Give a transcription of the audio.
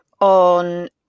on